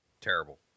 terrible